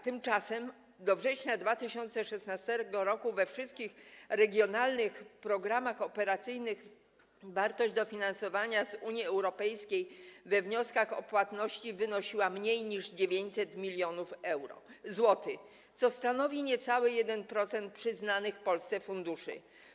Tymczasem do września 2016 r. we wszystkich regionalnych programach operacyjnych wartość dofinansowania z Unii Europejskiej we wnioskach o płatności wynosiła mniej niż 900 mln zł, co stanowi niecały 1% przyznanych Polsce funduszy.